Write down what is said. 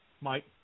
Mike